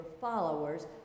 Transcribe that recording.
followers